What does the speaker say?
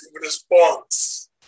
response